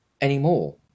anymore